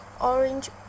orange